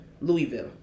Louisville